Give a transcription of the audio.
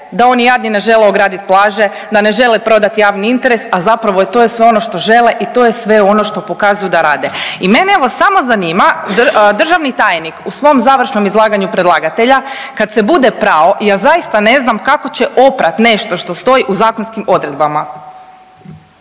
da oni jadni ne žele ograditi plaže, da ne žele prodati javni interes, a zapravo to je sve ono što žele i to je sve ono što pokazuju da rade. I mene evo samo zanima državni tajnik u svom završnom izlaganju predlagatelja kad se bude prao ja zaista ne znam kako će oprat nešto što stoji u zakonskim odredbama?